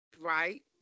right